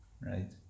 right